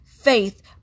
faith